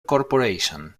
corporation